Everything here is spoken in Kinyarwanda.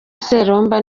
seromba